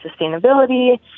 sustainability